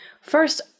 first